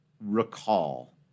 recall